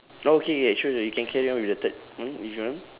okay okay sure sure you can carry on with the third one if you want